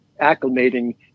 acclimating